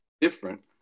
different